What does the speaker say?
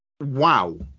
Wow